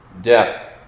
Death